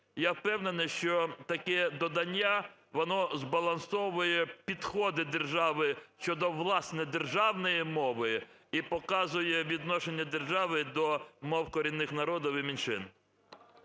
Я впевнений, що таке додання воно збалансовує підходи держави щодо, власне, державної мови і показує відношення держави до мов корінних народів і меншин.